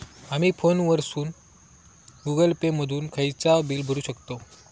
आमी फोनवरसून Google Pay मधून खयचाव बिल भरुक शकतव